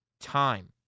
time